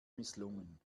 misslungen